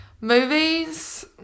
Movies